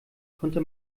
konnte